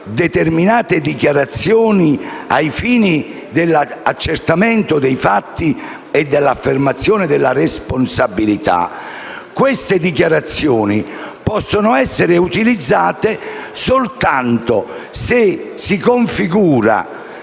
determinate dichiarazioni ai fini dell'accertamento dei fatti e dell'affermazione della responsabilità, queste dichiarazioni possono essere utilizzate soltanto se non si configura